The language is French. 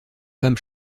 femme